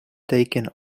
taking